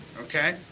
Okay